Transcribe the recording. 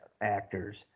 actors